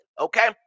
Okay